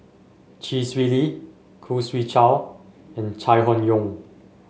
Chee Swee Lee Khoo Swee Chiow and Chai Hon Yoong